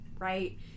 Right